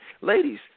Ladies